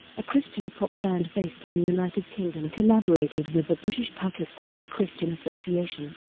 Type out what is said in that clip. a christian pop band based in the united kingdom collaborated with the british pakistani christian association,